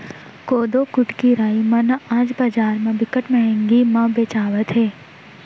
कोदो, कुटकी, राई मन ह आज बजार म बिकट महंगी म बेचावत हे